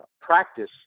practice